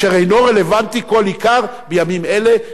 אשר אינו רלוונטי כל עיקר בימים אלה.